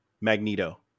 Magneto